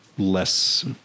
less